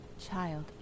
Child